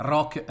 Rock